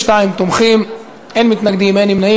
72 תומכים, אין מתנגדים, אין נמנעים.